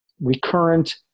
recurrent